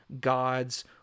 God's